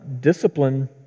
discipline